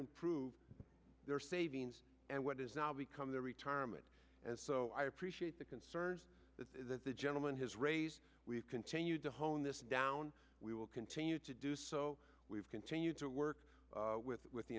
improve their savings and what is now become their retirement as so i appreciate the concern that the gentleman has raised we've continued to hone this down we will continue to do so we've continued to work with with the